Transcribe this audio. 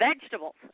vegetables